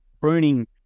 pruning